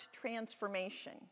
transformation